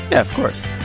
yeah of course